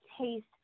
taste